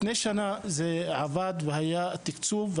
לפני שנה זה עבד והיה תקצוב.